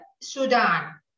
Sudan